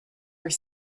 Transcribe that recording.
were